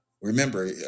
Remember